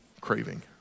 craving